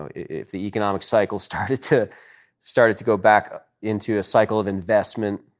ah if the economic cycle started to started to go back ah into a cycle of investment,